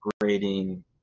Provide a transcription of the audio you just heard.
grading